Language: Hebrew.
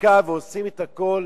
בחקיקה ועושים את הכול